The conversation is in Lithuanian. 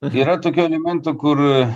yra tokių elementų kur